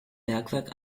bergwerk